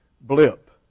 blip